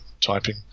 typing